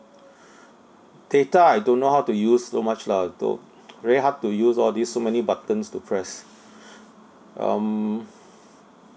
data I don't know how to use so much lah to very hard to use all these so many buttons to press um